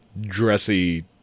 dressy